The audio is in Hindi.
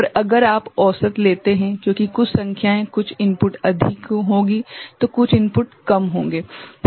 और अगर आप औसत लेते हैं क्योंकि कुछ संख्याएँ कुछ इनपुट अधिक होंगी तो कुछ इनपुट कम होंगे